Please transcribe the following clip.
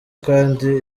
kandi